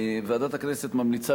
ועדת הכנסת ממליצה,